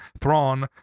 Thrawn